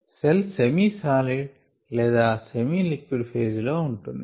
cell semi solid లేదా semi liquid phase లో ఉంటుంది